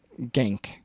Gank